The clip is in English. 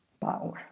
power